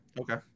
Okay